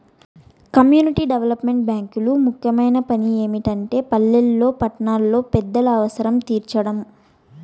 community development బ్యేంకులు ముఖ్యమైన పని ఏమిటంటే పల్లెల్లో పట్టణాల్లో పేదల అవసరం తీర్చడం